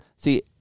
See